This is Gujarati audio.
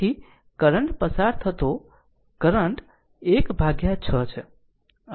તેથી કરંટ પસાર થતો કરંટ 1 ભાગ્યા 6 છે